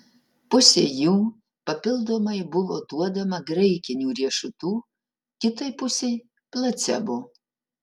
pusei jų papildomai buvo duodama graikinių riešutų kitai pusei placebo